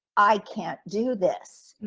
i can't do this.